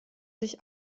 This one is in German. sich